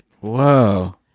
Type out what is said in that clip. Whoa